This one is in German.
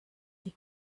die